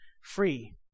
free